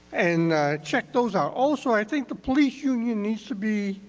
and check those out. also, i think the police union needs to be